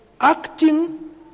acting